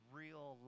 real